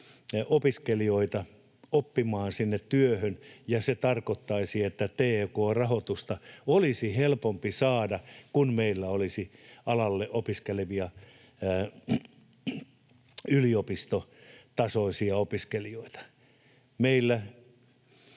opiskelijoita oppimaan sinne työhön, ja se tarkoittaisi, että t&k-rahoitusta olisi helpompi saada, kun meillä olisi alalle opiskelevia yliopistotasoisia opiskelijoita. Meillä